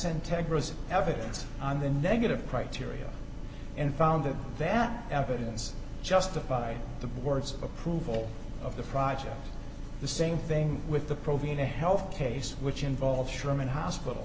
centex evidence on the negative criteria and found that that evidence justified the words of approval of the project the same thing with the pro being a health case which involves sherman hospital